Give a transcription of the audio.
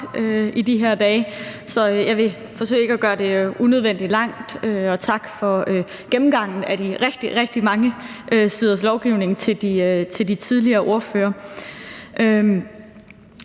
i de her dage, så jeg vil forsøge ikke at gøre det unødvendigt langt. Tak for gennemgangen af de rigtig, rigtig mange siders lovgivning til de forrige ordførere.